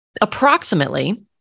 Approximately